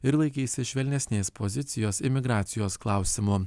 ir laikysis švelnesnės pozicijos imigracijos klausimu